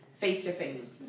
face-to-face